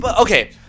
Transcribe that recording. Okay